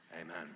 Amen